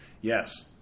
Yes